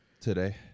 Today